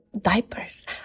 diapers